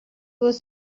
was